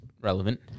relevant